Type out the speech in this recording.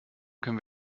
können